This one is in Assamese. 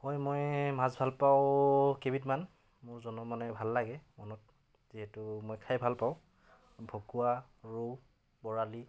হয় মই মাছ ভাল পাওঁ কেইবিধমান মোৰ জনম মানে ভাল লাগে মনত যিহেতু মই খাই ভাল পাওঁ ভকুৱা ৰৌ বৰালি